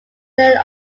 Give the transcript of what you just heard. their